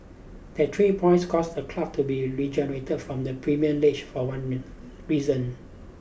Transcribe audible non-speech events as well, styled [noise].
that three points caused the club to be regenerated from the Premium League for one [unintelligible] reason